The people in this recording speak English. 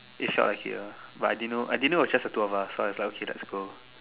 it's like it lah but I didn't know I didn't know is just the two of us so I was like okay let's go